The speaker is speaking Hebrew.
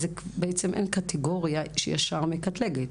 אז בעצם אין קטגוריה שישר מקטלגת.